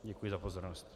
Děkuji za pozornost.